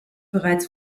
bereits